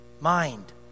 mind